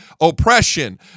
oppression